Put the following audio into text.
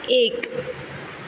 एक